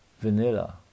vanilla